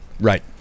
right